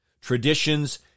Traditions